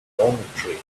dormitory